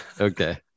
Okay